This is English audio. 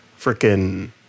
freaking